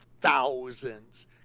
thousands